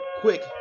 quick